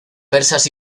persas